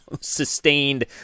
sustained